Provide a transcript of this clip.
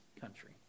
country